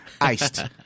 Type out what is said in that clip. Iced